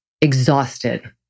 exhausted